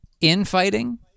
infighting